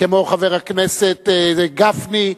כמו חבר הכנסת גפני,